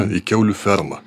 į kiaulių fermą